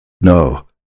no